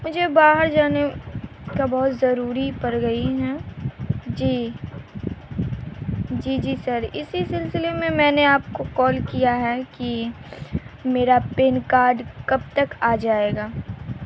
مجھے باہر جانے کا بہت ضروری پڑ گئی ہیں جی جی جی سر اسی سلسلے میں میں نے آپ کو کال کیا ہے کہ میرا پین کارڈ کب تک آ جائے گا